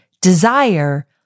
desire